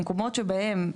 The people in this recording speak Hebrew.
במקומות שבהם,